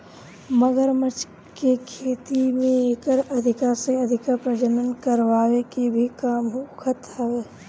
मगरमच्छ के खेती से एकर अधिका से अधिक प्रजनन करवाए के भी काम होखत हवे